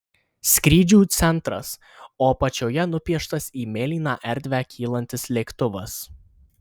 skrydžių centras o apačioje nupieštas į mėlyną erdvę kylantis lėktuvas